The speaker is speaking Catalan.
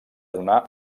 donar